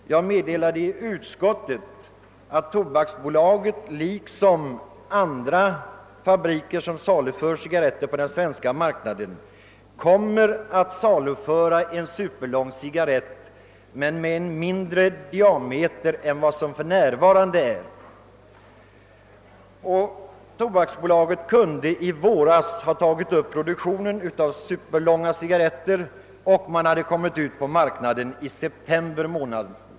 Jag meddelade i utskottet att Tobaksbolaget liksom andra fabriker som 'saluför cigarretter på den svenska marknaden kommer att tillhandahålla en superlång cigarrett men med en mindre diameter än cigarretterna för närvarande har. Tobaksbolaget kunde i våras ha tagit upp produktionen av superlånga cigarretter, och man hade då kunnat saluföra dessa på marknaden i september månad.